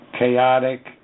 chaotic